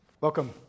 Welcome